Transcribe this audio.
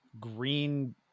green